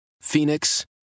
Phoenix